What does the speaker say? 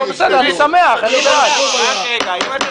בסדר, אני שמח, אני בעד.